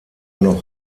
noch